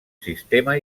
sistema